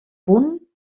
punt